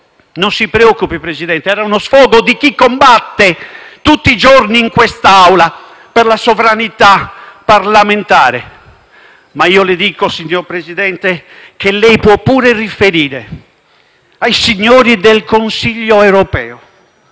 non si preoccupi Presidente. Era lo sfogo di chi combatte tutti i giorni in quest'Aula per la sovranità parlamentare, ma io le dico, signor Presidente, che lei può pure riferire ai signori del Consiglio europeo